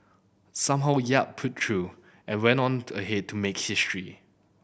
somehow Yap pulled through and went on ahead to make history